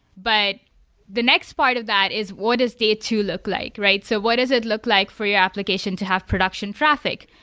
but the next part of that is what is day two look like? so what is it look like for your application to have production traffic?